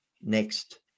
next